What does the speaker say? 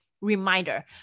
reminder